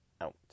out